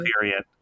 period